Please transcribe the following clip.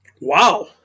Wow